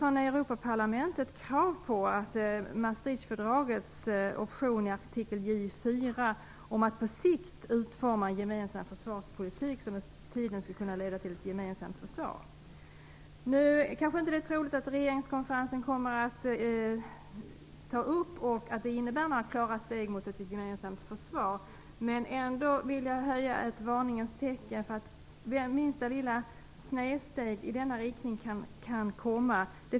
Från Europaparlamentet framförs krav på att Maastrichtfördragets option i artikel J 4 om att på sikt utforma "--- en gemensam försvarspolitik som med tiden skulle kunna leda till ett gemensamt försvar". Det är kanske inte troligt att regeringskonferensen kommer att innebära några klara steg mot ett gemensamt försvar, men jag vill ändå höja ett varningens tecken för minsta lilla snedsteg i denna riktning.